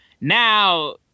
Now